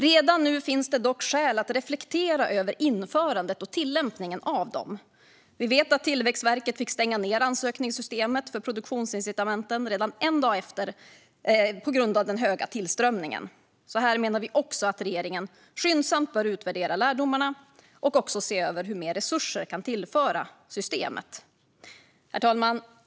Redan nu finns det dock skäl att reflektera över införandet och tillämpningen av dem. Vi vet att Tillväxtverket fick stänga ned ansökningssystemet för produktionsincitamenten redan efter en dag på grund av den stora tillströmningen. Regeringen bör skyndsamt utvärdera lärdomarna och se över hur mer resurser kan tillföras systemet. Herr talman!